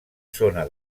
zona